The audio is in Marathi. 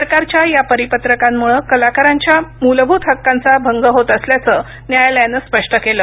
सरकारच्या या परिपत्रकांमूळं कलाकारांच्या मूलभूत हक्कांचा भंग होत असल्याचं न्यायालयानं स्पष्ट केलं